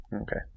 Okay